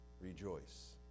Rejoice